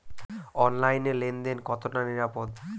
অনলাইনে লেন দেন কতটা নিরাপদ?